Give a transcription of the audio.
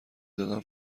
زدم